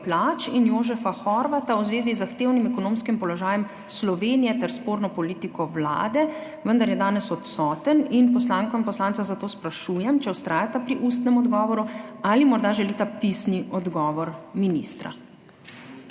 in Jožefa Horvata v zvezi z zahtevnim ekonomskim položajem Slovenije ter sporno politiko vlade, vendar je danes odsoten. Poslanko in poslanca zato sprašujem, če vztrajata pri ustnem odgovoru ali morda želita pisni odgovor ministra?